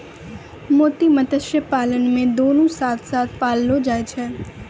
मोती मत्स्य पालन मे दुनु साथ साथ पाललो जाय छै